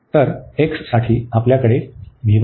तर x साठी आपल्याकडे ते आहे